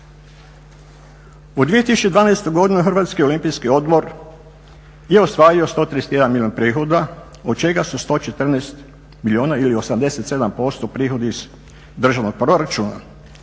U 2012. godini Hrvatski olimpijski odbor je ostvario 131 milijun prihoda, od čega su 114 milijuna ili 87% prihodi iz državnog proračuna.